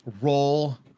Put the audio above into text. roll